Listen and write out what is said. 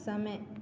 समय